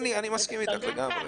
אני מסכים איתך לגמרי.